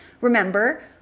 remember